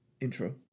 Intro